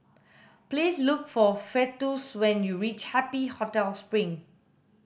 please look for Festus when you reach Happy Hotel Spring